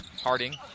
Harding